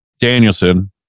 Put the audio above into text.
Danielson